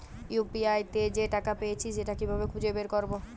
UPI তে যে টাকা পেয়েছি সেটা কিভাবে খুঁজে বের করবো?